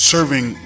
Serving